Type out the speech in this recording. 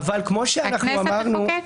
הכנסת תחוקק?